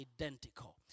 identical